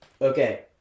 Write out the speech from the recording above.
Okay